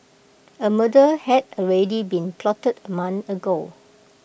A murder had already been plotted A month ago